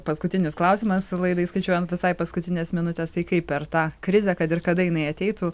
paskutinis klausimas laidai skaičiuojant visai paskutines minutes tai kaip per tą krizę kad ir jinai ateitų